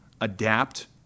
adapt